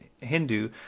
Hindu